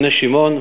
בני-שמעון,